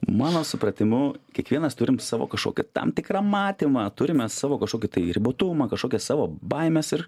mano supratimu kiekvienas turim savo kažkokį tam tikrą matymą turime savo kažkokį tai ribotumą kažkokias savo baimes ir